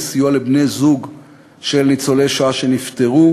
לסיוע לבני-זוג של ניצולי שואה שנפטרו,